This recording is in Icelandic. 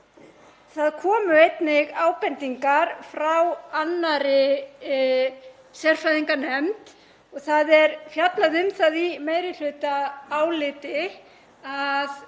Það komu einnig ábendingar frá annarri sérfræðinganefnd og það er fjallað um það í meirihlutaáliti að